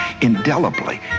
indelibly